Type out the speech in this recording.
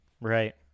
Right